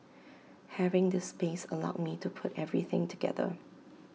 having this space allowed me to put everything together